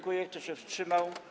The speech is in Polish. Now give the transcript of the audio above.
Kto się wstrzymał?